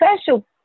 special